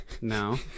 No